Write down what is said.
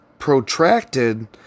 protracted